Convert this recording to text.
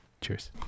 Cheers